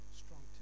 strong